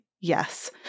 yes